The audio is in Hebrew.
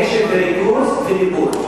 קשב וריכוז, ודיבור.